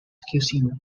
cuisine